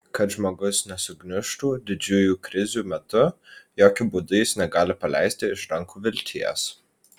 kad žmogus nesugniužtų didžiųjų krizių metu jokiu būdu jis negali paleisti iš rankų vilties